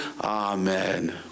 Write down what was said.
Amen